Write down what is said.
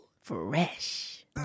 fresh